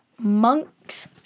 Monk's